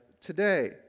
today